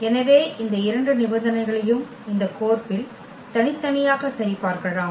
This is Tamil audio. எனவே இந்த 2 நிபந்தனைகளையும் இந்த கோர்ப்பில் தனித்தனியாக சரிபார்க்கலாம்